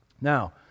now